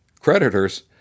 Creditors